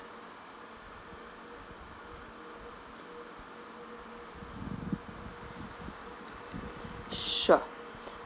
sure